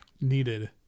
needed